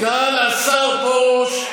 סגן השר פרוש,